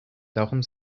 darum